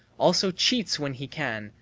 also cheats when he can,